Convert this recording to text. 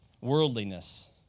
worldliness